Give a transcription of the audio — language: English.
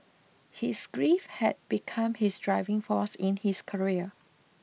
his grief had become his driving force in his career